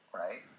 right